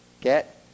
Get